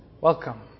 welcome